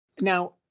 Now